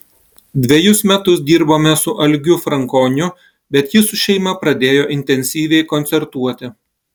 dvejus metus dirbome su algiu frankoniu bet jis su šeima pradėjo intensyviai koncertuoti